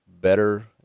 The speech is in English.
better